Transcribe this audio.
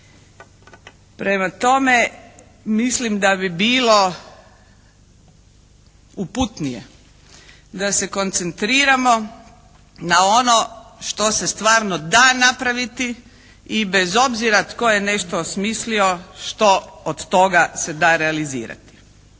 Prema tome, mislim da bi bilo uputnije da se koncentriramo na ono što se stvarno da napraviti i bez obzira tko je nešto osmislio, što od toga se da realizirati.